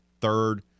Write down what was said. Third